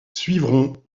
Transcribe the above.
suivront